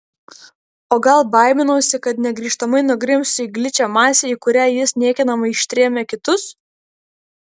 o gal baiminausi kad negrįžtamai nugrimsiu į gličią masę į kurią jis niekinamai ištrėmė kitus